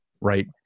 right